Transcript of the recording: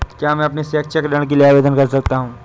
क्या मैं अपने शैक्षिक ऋण के लिए आवेदन कर सकता हूँ?